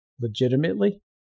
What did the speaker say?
legitimately